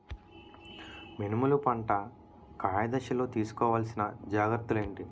మినుములు పంట కాయ దశలో తిస్కోవాలసిన జాగ్రత్తలు ఏంటి?